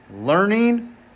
learning